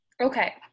Okay